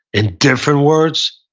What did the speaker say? in different words,